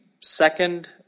second